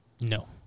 No